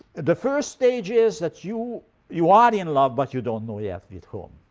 the first stage is that you you are in love but you don't know yet with whom.